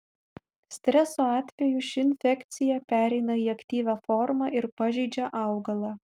streso atveju ši infekcija pereina į aktyvią formą ir pažeidžia augalą